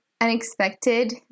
unexpected